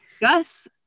Gus